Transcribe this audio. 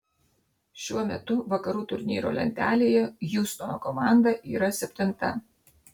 šiuo metu vakarų turnyro lentelėje hjustono komanda yra yra septinta